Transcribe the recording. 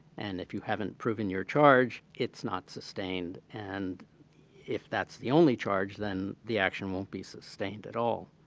and if you haven't proven your charge, it's not sustained and if that's the only charge, then the action won't be sustained at all.